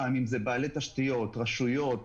יהיו לך עוד הרבה הזדמנויות בוועדה הזאת